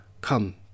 Come